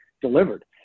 delivered